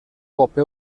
coppe